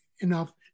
enough